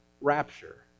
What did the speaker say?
rapture